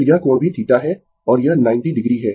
फिर यह कोण भी θ है और यह 90 डिग्री है